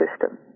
system